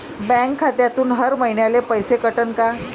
Bank खात्यातून हर महिन्याले पैसे कटन का?